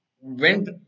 went